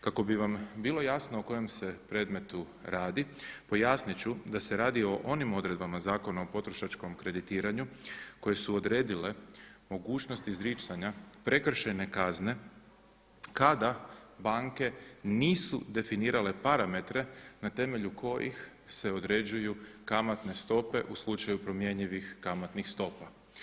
Kako bi vam bilo jasno o kojem se predmetu radi pojasnit ću da se radi o onim odredbama Zakona o potrošačkom kreditiranju koje su odredile mogućnost izricanja prekršajne kazne kada banke nisu definirale parametre na temelju kojih se određuju kamatne stope u slučaju promjenjivih kamatnih stopa.